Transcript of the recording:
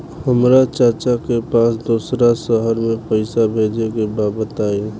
हमरा चाचा के पास दोसरा शहर में पईसा भेजे के बा बताई?